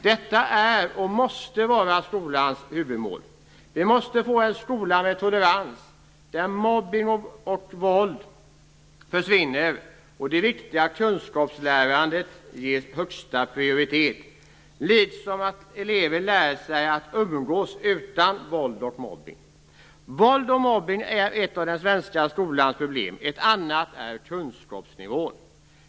Detta är och måste vara skolans huvudmål. Vi måste få en skola med tolerans, utan mobbning och våld, och där det viktiga kunskapslärandet ges högsta prioritet. Eleverna måste lära sig att umgås utan våld och mobbning. Våld och mobbning är ett av den svenska skolans problem. Ett annat är kunskapsnivån.